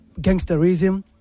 gangsterism